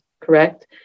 correct